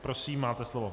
Prosím, máte slovo.